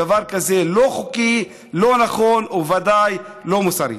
דבר כזה לא חוקי, לא נכון, ובוודאי לא מוסרי.